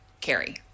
Carrie